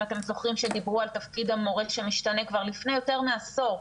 אם אתם זוכרים שדיברו על תפקיד המורה שמשתנה כבר לפני יותר מעשור,